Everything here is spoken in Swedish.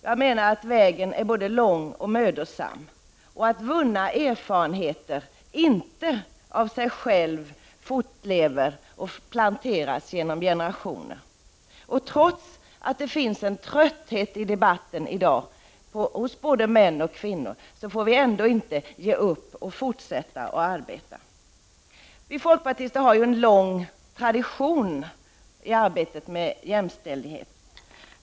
Jag menar att vägen är både lång och mödosam och att vunna erfarenheter inte av sig själv fortlever genom generationer. Trots att det finns en trötthet i debatten i dag hos både män och kvinnor får vi ändå inte ge upp utan fortsätta att arbeta. Vi folkpartister har en lång tradition i arbetet med jämställdhet.